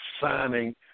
signing